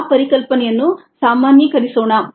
ಆ ಪರಿಕಲ್ಪನೆಯನ್ನು ಸಾಮಾನ್ಯೀಕರಿಸೋಣ